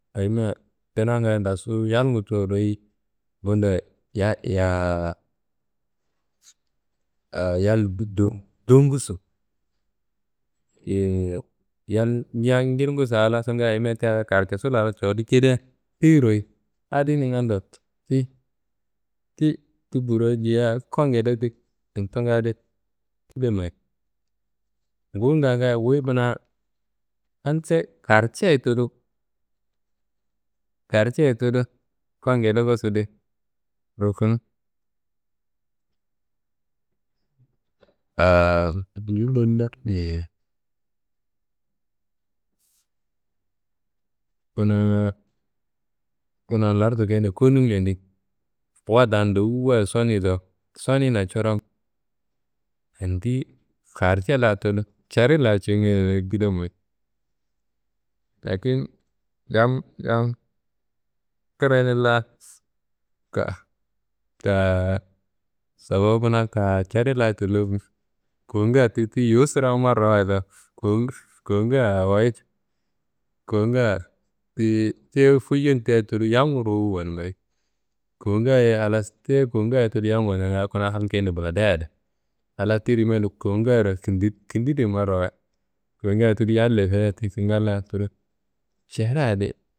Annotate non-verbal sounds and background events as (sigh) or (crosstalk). Ayimia dinanga dasu yalngu cowo royi. Bundo (hesitation) (noise) (hesitation) yal (unintelligible) dowunguso (hesitation) yal, yal njirnguso a laaso ngaaye ayimia ti kaarcesu laaro cowodu cedia tiyi royi adi ningando (noise) ti, ti ti burowu diyia kuwa ngede (hesitation) kintangadi kida mayi, nguwunga ngaaye wuyi kuna (unintelligible) kaarceyi tudu, kaarceyi tudu kuwa ngede gosu di rukunu. (hesitation) Kunaa, kuna lartu keyende konumbe yedi wuwa da ndowu wayi soni do, sonina coron andiyi kaarce la tudu ceri la cunginadi kida mayi. Lakin yam, yam kurenin la (noise) (hesitation) sobowo kuna (hesitation) ceri la tullo (hesitation) kowunga ti ti sirawu marrawayit do (noise) (hesitation) kowunga, kowunga awoyi, kowunga tiyi tiye foyiyor tia tudu yam ruwu wanumbayi, kowungaye halas tiye kowunga tudu yam wanumbayi kuna hal keyende buladia yadi. Halas ti rimia di kowungaro kindi kindiri marrawayi. Kowunga tudu yam lefeyia ti kingal la tudu cereya adi.